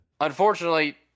unfortunately –